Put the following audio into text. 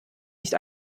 nicht